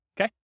okay